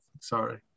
Sorry